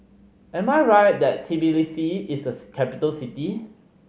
am I right that Tbilisi is a capital city